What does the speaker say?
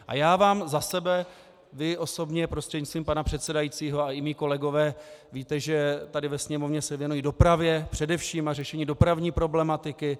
A já vám za sebe vy osobně, prostřednictvím pana předsedajícího, a i mí kolegové víte, že tady ve Sněmovně se věnuji dopravě především a řešení dopravní problematiky.